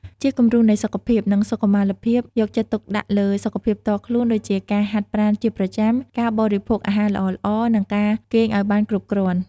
ជាគំរូនៃសុខភាព និងសុខុមាលភាពយកចិត្តទុកដាក់លើ សុខភាពផ្ទាល់ខ្លួន ដូចជាការហាត់ប្រាណជាប្រចាំ ការបរិភោគអាហារល្អៗ និងការគេងឱ្យបានគ្រប់គ្រាន់ ។